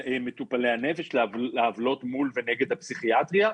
בתופעות והוכיחה שהיא מפחיתה מקרי